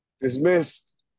Dismissed